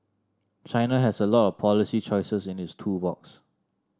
China has a lot of policy choices in its tool box